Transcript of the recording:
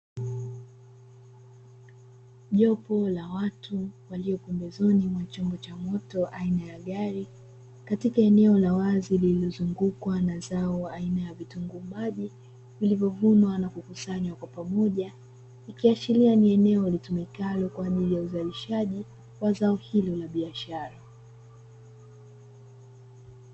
Jopo la watu walio pembezoni mwa chombo cha moto aina ya gari katika eneo la wazi lililozungukwa na zao la aina ya vitunguu maji vilivyovunwa na kukusanywa kwa pamoja, ikiashiria ni eneo litumikalo kwa ajili ya uzalishaji wa zao hili la biashara.